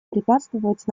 препятствовать